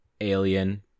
alien